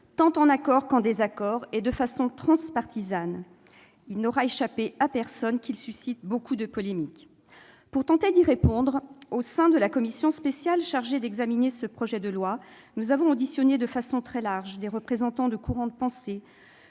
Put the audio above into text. tant en accord qu'en désaccord, et ce de façon transpartisane. Il n'aura échappé à personne que ce projet de loi suscite beaucoup de polémiques. Pour tenter d'y répondre, la commission spéciale chargée d'examiner ce texte a auditionné, de façon très large, des représentants de courants de pensée,